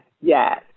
yes